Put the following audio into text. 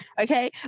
Okay